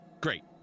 Great